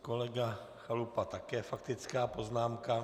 Kolega Chalupa také faktická poznámka.